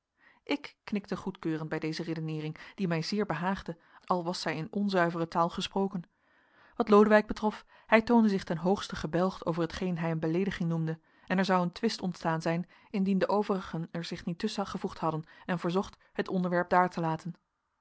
ik knikte goedkeurend bij deze redeneering die mij zeer behaagde al was zij in onzuivere taal gesproken wat lodewijk betrof hij toonde zich ten hoogste gebelgd over hetgeen hij een beleediging noemde en er zou twist ontstaan zijn indien de overigen er zien niet tusschen gevoegd hadden en verzocht het onderwerp daar te laten